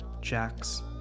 Jack's